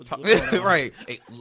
Right